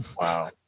Wow